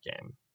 game